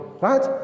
right